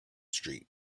street